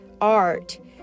art